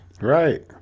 Right